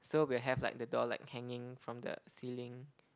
so we'll have like the doll like hanging from the ceiling